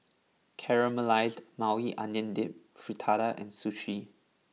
Caramelized Maui Onion Dip Fritada and Sushi